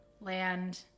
land